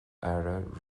fhearadh